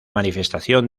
manifestación